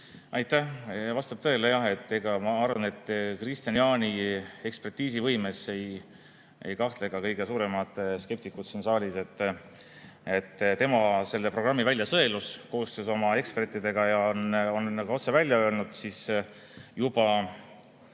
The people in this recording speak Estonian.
Aitäh! Vastab tõele jah. Ma arvan, et Kristian Jaani ekspertiisivõimes ei kahtle ka kõige suuremad skeptikud siin saalis. Tema selle programmi välja sõelus koostöös oma ekspertidega ja on otse välja öelnud juba